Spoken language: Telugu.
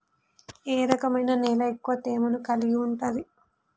ఏ రకమైన నేల ఎక్కువ తేమను కలిగుంటది?